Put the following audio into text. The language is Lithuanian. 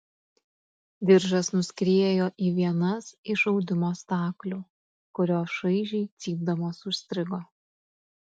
diržas nuskriejo į vienas iš audimo staklių kurios šaižiai cypdamos užstrigo